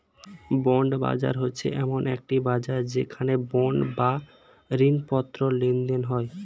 bond বাজার হচ্ছে এমন একটি বাজার যেখানে বন্ড বা ঋণপত্র লেনদেন হয়